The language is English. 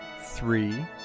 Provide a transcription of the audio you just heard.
three